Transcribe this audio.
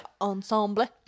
Ensemble